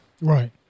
right